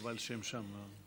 חבל שהם שם.